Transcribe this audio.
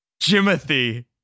Jimothy